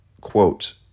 Quote